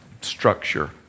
structure